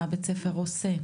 מה בית הספר עושה?